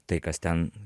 tai kas ten